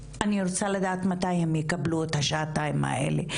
אני רוצה לדעת מתי הם יקבלו את השעתיים האלה,